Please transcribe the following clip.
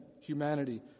Humanity